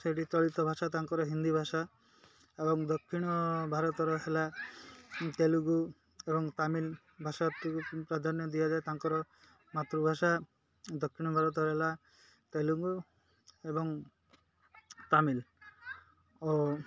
ସେଇଠି ଚଳିତ ଭାଷା ତାଙ୍କର ହିନ୍ଦୀ ଭାଷା ଏବଂ ଦକ୍ଷିଣ ଭାରତର ହେଲା ତେଲୁଗୁ ଏବଂ ତାମିଲ ଭାଷାକୁ ପ୍ରାଧାନ୍ୟ ଦିଆଯାଏ ତାଙ୍କର ମାତୃଭାଷା ଦକ୍ଷିଣ ଭାରତର ହେଲା ତେଲୁଗୁ ଏବଂ ତାମିଲ ଓ